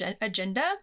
agenda